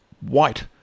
white